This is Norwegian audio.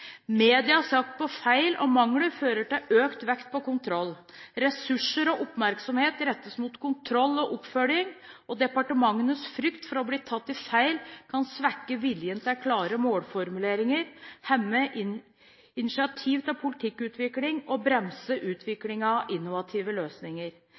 på feil og mangler fører til økt vekt på kontroll. Ressurser og oppmerksomhet rettes mot kontroll og oppfølging, og departementenes frykt for å bli tatt i feil kan svekke viljen til klare målformuleringer, hemme initiativ til politikkutvikling og bremse